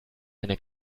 eine